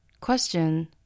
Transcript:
Question